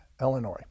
illinois